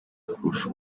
kurusha